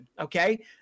Okay